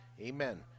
Amen